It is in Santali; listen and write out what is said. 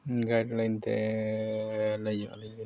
ᱛᱮ ᱞᱟᱹᱭ ᱧᱚᱜ ᱟᱹᱞᱤᱧ ᱵᱤᱱ